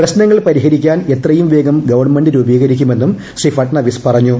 പ്രശ്നങ്ങൾ പരിഹരിക്കുപ്പാൻ എത്രയും വേഗം ഗവൺമെന്റ് രൂപീകരിക്കുമെന്നും ശ്രൂ ഫ്ട്ട്കാവിസ് പറഞ്ഞു